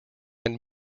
and